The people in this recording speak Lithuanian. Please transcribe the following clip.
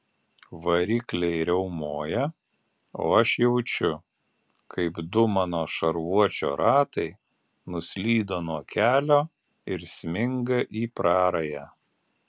varikliai riaumoja o aš jaučiu kaip du mano šarvuočio ratai nuslydo nuo kelio ir sminga į prarają